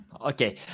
okay